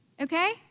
Okay